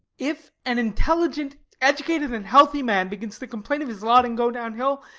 if an intelligent, educated, and healthy man begins to complain of his lot and go down-hill,